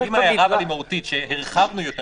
אם ההערה היא מהותית שהרחבנו או